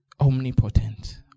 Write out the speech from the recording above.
Omnipotent